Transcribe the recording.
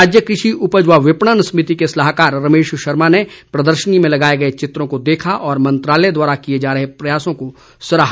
राज्य कृषि उपज व विपणन समिति के सलाहाकार रमेश शर्मा ने प्रदर्शनी में लगाए गए चित्रों को देखा और मंत्रालय द्वारा किए जा रहे प्रयासों को सराहा